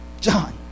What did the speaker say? John